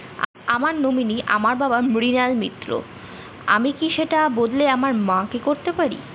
আমার নমিনি আমার বাবা, মৃণাল মিত্র, আমি কি সেটা বদলে আমার মা কে করতে পারি?